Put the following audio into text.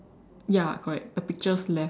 ya correct the picture's left